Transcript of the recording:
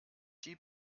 die